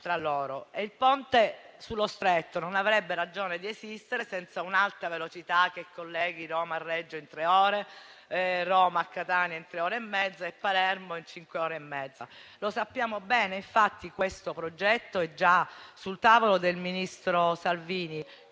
Il Ponte sullo Stretto non avrebbe ragione di esistere senza un'alta velocità che colleghi Roma a Reggio Calabria in tre ore, Roma a Catania in tre ore e mezza e Roma a Palermo in cinque ore e mezza. Lo sappiamo bene; infatti questo progetto è già sul tavolo del ministro Salvini,